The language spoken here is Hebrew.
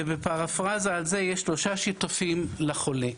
ובפראפרזה הזה יש שלושה שותפים לחולה.